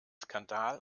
skandal